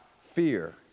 fear